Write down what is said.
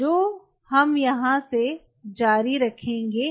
जो हम यहां से जारी रखेंगे